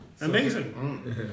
Amazing